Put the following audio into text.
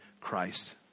Christ